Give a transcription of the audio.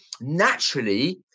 naturally